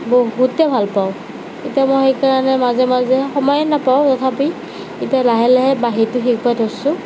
বহুতেই ভাল পাওঁ এতিয়া মই সেইকাৰণে মাজে মাজে সময়ে নাপাওঁ তথাপি এতিয়া লাহে লাহে বাঁহীটো শিকিব ধৰিছোঁ